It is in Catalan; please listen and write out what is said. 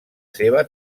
seva